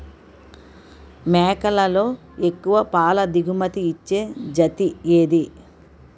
మేకలలో ఎక్కువ పాల దిగుమతి ఇచ్చే జతి ఏది?